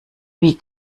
wie